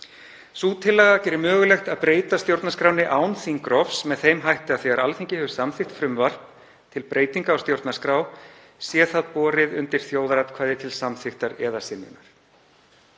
Sú tillaga gerir mögulegt að breyta stjórnarskránni án þingrofs með þeim hætti að þegar Alþingi hefur samþykkt frumvarp til breytingar á stjórnarskrá sé það borið undir þjóðaratkvæði til samþykktar eða synjunar.